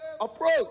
approach